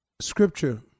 Scripture